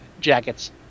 jackets